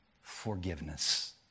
Forgiveness